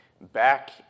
Back